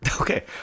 Okay